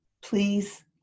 Please